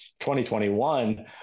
2021